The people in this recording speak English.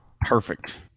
Perfect